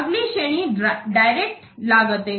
अगली श्रेणी डायरेक्ट लागत है